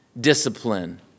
discipline